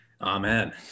Amen